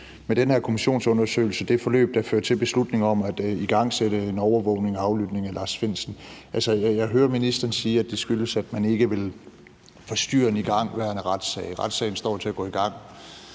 med den her kommissionsundersøgelse kan undersøge det forløb, der førte til beslutningen om at igangsætte en overvågning og aflytning af Lars Findsen. Jeg hører ministeren sige, at det skyldes, at man ikke vil forstyrre den igangværende retssag. Retssagen står til at gå i gang